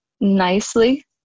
nicely